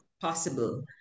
possible